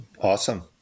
awesome